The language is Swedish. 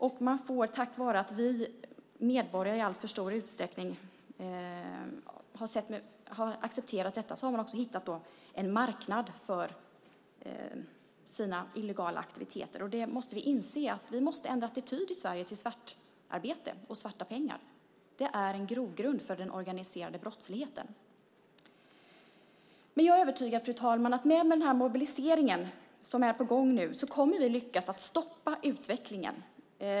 Genom att vi medborgare har accepterat detta i alltför stor utsträckning har man hittat en marknad för sina illegala aktiviteter. Vi måste inse att vi i Sverige måste ändra attityd till svartarbete och svarta pengar. Det är en grogrund för den organiserade brottsligheten. Jag är övertygad om att vi med den mobilisering som nu är på gång kommer att lyckas stoppa utvecklingen.